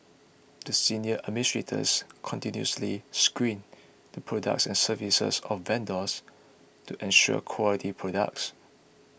the senior administrators continuously screened the products and services of vendors to ensure quality products